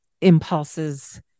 impulses